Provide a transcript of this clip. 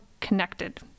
connected